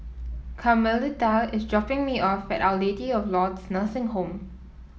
Carmelita is dropping me off at Our Lady of Lourdes Nursing Home